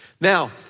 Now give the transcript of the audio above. Now